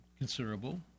considerable